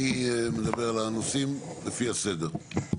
מי מדבר על הנושאים לפי הסדר?